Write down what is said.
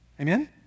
Amen